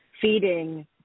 feeding